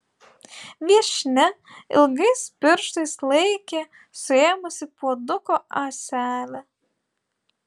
viešnia ilgais pirštais laikė suėmusi puoduko ąselę